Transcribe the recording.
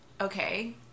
okay